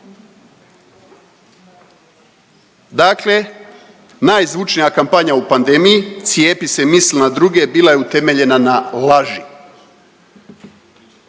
Dakle, najzvučnija kampanja u pandemiji cijepi se, misli na druge, bila je utemeljena na laži.